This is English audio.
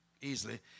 easily